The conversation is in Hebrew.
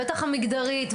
בטח המגדרית,